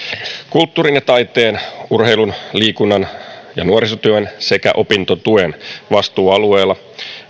kulttuurin ja taiteen urheilun liikunnan ja nuorisotyön sekä opintotuen vastuualueella